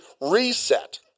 reset